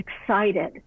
excited